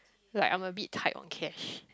like I'm a bit tight on cash